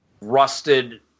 rusted